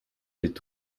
est